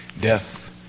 death